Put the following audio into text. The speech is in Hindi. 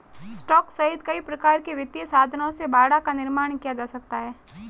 स्टॉक सहित कई प्रकार के वित्तीय साधनों से बाड़ा का निर्माण किया जा सकता है